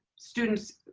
students,